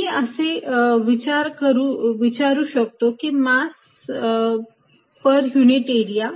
मी असे विचारू शकतो की मास पर युनिट एरिया